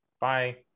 Bye